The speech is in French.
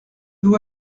vous